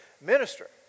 minister